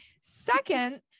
Second